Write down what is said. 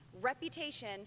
reputation